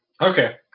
Okay